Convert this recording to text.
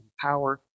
power